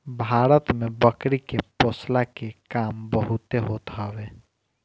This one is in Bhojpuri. भारत में बकरी के पोषला के काम बहुते होत हवे